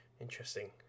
Interesting